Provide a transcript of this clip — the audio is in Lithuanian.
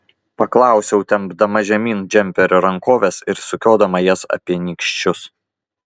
paklausiau tempdama žemyn džemperio rankoves ir sukiodama jas apie nykščius